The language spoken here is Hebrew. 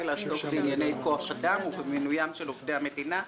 לעסוק בענייני כוח אדם ובמינויים של עובדי המדינה,